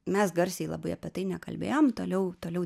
mes garsiai labai apie tai nekalbėjom toliau toliau